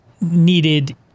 needed